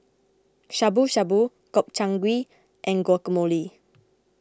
Shabu Shabu Gobchang Gui and Guacamole